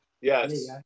yes